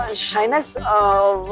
ah shyness. ah well.